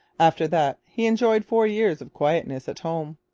after that he enjoyed four years of quietness at home.